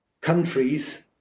countries